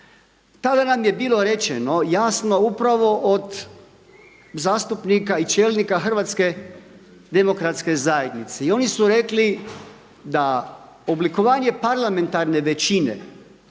tada nam je bilo rečeno jasno upravo od zastupnika i čelnika HDZ-a i oni su rekli da oblikovanje parlamentarne većine